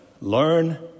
Learn